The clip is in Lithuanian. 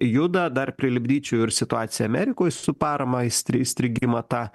juda dar prilipdyčiau ir situaciją amerikoj su parama įstri įstrigimą tą